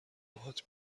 باهات